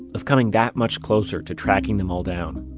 of coming that much closer to tracking them all down